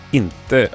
inte